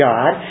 God